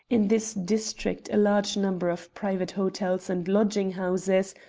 in this district a large number of private hotels and lodging-houses,